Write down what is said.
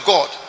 God